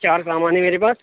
چار سامان ہے میرے پاس